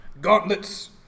Gauntlets